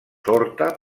horta